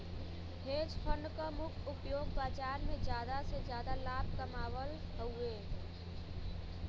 hedge fund क मुख्य उपयोग बाजार में जादा से जादा लाभ कमावल हउवे